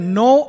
no